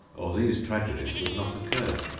or these tragedies would not occur.